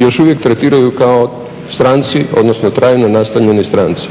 još uvijek tretiraju kao stranci odnosno trajno nastanjeni stranci.